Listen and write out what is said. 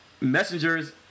Messengers